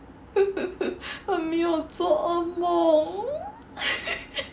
mummy 我做恶梦